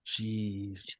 Jeez